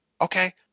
Okay